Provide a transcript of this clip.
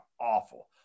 awful